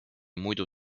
muidu